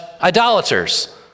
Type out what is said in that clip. idolaters